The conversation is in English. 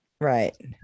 right